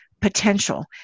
potential